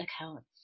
accounts